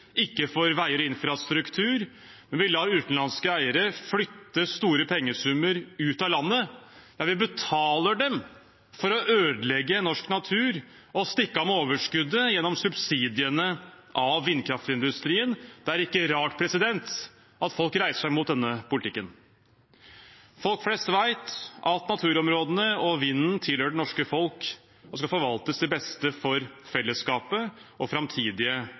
veier og infrastruktur. Vi lar utenlandske eiere flytte store pengesummer ut av landet. Vi betaler dem for å ødelegge norsk natur og stikke av med overskuddet gjennom subsidiene til vindkraftindustrien. Da er det er ikke rart at folk reiser seg mot denne politikken. Folk flest vet at naturområdene og vinden tilhører det norske folk og skal forvaltes til beste for fellesskapet og framtidige